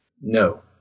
No